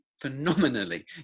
phenomenally